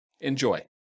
Enjoy